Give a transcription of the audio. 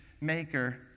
maker